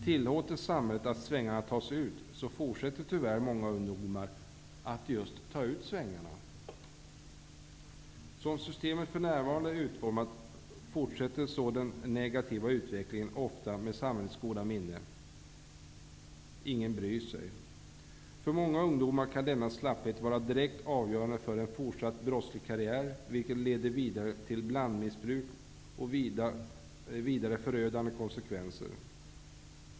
Tillåter samhället att ''svängarna tas ut'' så fortsätter tyvärr många ungdomar att just ''ta ut svängarna''. Som systemet för närvarande är utformat fortsätter så den negativa utvecklingen, ofta med samhällets goda minne, ''ingen bryr sig''. För många ungdomar kan denna slapphet vara direkt avgörande för en fortsatt brottslig karriär, vilken leder vidare till blandmissbruk och vidare förödande konsekvenser.